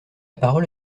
parole